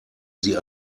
sie